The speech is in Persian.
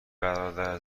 برادر